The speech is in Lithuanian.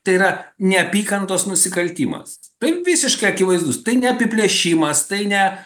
tai yra neapykantos nusikaltimas tai visiškai akivaizdus tai ne apiplėšimas tai ne